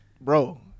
bro